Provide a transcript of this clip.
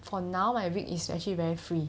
for now my week is actually very free